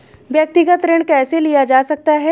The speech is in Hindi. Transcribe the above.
व्यक्तिगत ऋण कैसे लिया जा सकता है?